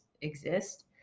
exist